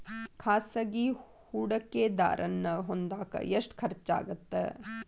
ಖಾಸಗಿ ಹೂಡಕೆದಾರನ್ನ ಹೊಂದಾಕ ಎಷ್ಟ ಖರ್ಚಾಗತ್ತ